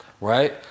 right